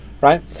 right